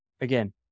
Again